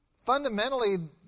fundamentally